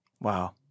Wow